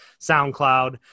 SoundCloud